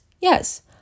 Yes